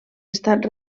estat